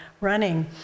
running